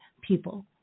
people